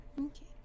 Okay